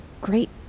great